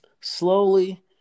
Slowly